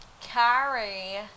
Carrie